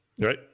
Right